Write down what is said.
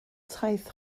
taith